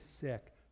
sick